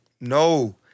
No